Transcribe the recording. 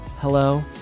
hello